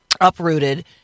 uprooted